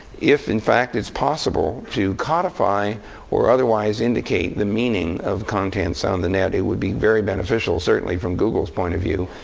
if in fact it's possible to codify or otherwise indicate the meaning of contents on the net, it would be very beneficial, certainly, from google's point of view.